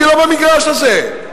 אני לא במגרש הזה.